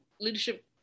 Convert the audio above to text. leadership